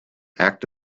act